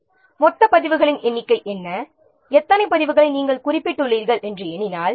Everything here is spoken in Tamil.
எனவே மொத்த பதிவுகளின் எண்ணிக்கை என்ன எத்தனை பதிவுகளை நாம் குறிப்பிட்டுள்ளோம் என்று எண்ணினால்